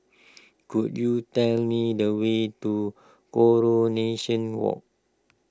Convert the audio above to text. could you tell me the way to Coronation Walk